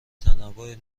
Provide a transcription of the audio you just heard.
تنوع